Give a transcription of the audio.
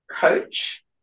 coach